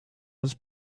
was